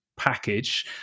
package